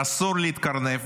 אסור להתקרנף.